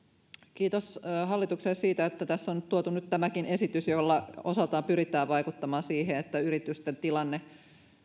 kiitos hallitukselle siitä että tässä on tuotu nyt tämäkin esitys jolla osaltaan pyritään vaikuttamaan siihen että yritysten tilanne